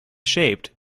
shaped